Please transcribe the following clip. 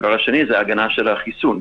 והדבר השני זה ההגנה של החיסון,